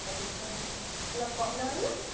কবি চল্লিছ টকা অলপ কম নহয় নে